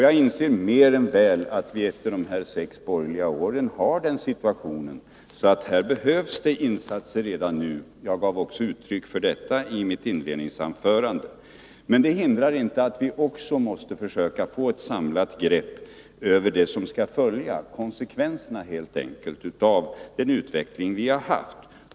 Jag inser mer än väl att vi efter de här sex borgerliga åren har en sådan situation, att det behövs insatser redan nu. Jag gav också uttryck för detta i mitt inledningsanförande. Men det hindrar inte att vi även måste försöka få ett samlat grepp över det som skall följa — konsekvenserna helt enkelt av den utveckling vi har haft.